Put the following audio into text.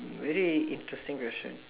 very interesting question